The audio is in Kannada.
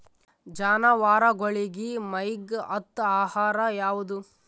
ಜಾನವಾರಗೊಳಿಗಿ ಮೈಗ್ ಹತ್ತ ಆಹಾರ ಯಾವುದು?